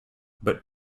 but